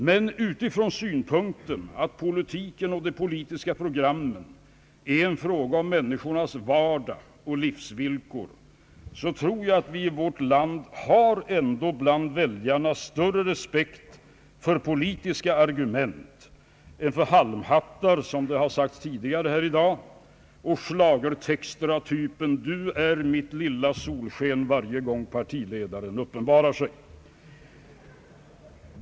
Men utifrån synpunkten att politiken och det politiska programmet är en fråga om människornas vardag och livsvillkor tror jag att väljarna har större respekt för politiska argument än för halmhattar — som har nämnts tidigare i dag — och schlagertexter av typen »Du är mitt lilla solsken» varje gång partiledaren uppenbarar sig.